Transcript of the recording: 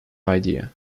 idea